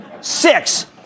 Six